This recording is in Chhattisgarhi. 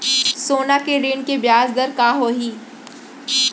सोना के ऋण के ब्याज दर का होही?